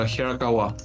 Hirakawa